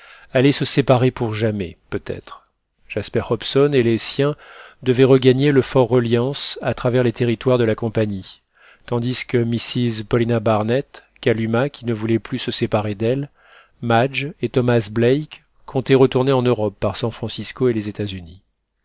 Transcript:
allaient se séparer pour jamais peut-être jasper hobson et les siens devaient regagner le fortreliance à travers les territoires de la compagnie tandis que mrs paulina barnett kalumah qui ne voulait plus se séparer d'elle madge et thomas black comptaient retourner en europe par san francisco et les états-unis